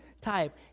type